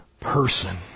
person